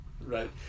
Right